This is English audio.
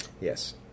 Yes